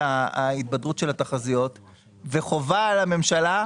מבחינת ההתבדרות של התחזיות וחובה על הממשלה,